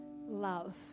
Love